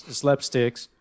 slapsticks